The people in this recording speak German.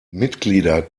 mitglieder